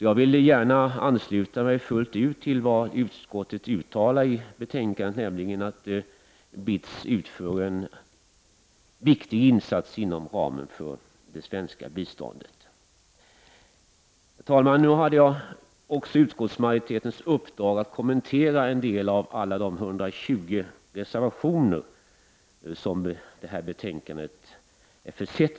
Jag vill därför gärna ansluta mig fullt ut till vad utskottet uttalar i betänkandet, nämligen att BITS utför en viktig insats inom ramen för det svenska biståndet. Herr talman! Jag hade utskottsmajoritetens uppdrag att också kommentera en del av alla de 120 reservationer som har fogats till betänkandet.